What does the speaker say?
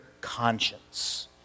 conscience